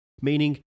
meaning